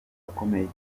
akomeye